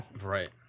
Right